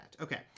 Okay